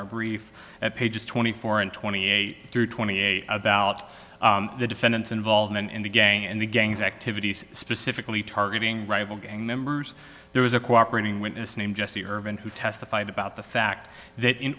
our brief at pages twenty four and twenty eight twenty eight about the defendant's involvement in the gang and the gang's activities specifically targeting rival gang members there was a cooperating witness named jesse ervin who testified about the fact that in